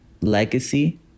legacy